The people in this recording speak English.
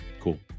Cool